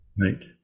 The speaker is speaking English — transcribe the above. Right